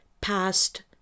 past